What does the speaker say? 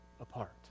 apart